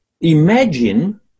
imagine